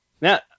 Now